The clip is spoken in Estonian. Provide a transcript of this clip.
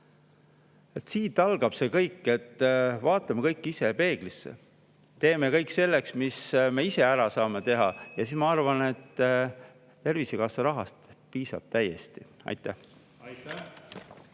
Siit algab see kõik. Vaatame kõik ise peeglisse, teeme kõik selleks, mis me ise ära saame teha, ja ma arvan, et siis Tervisekassa rahast piisab täiesti. Aitäh!